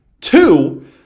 Two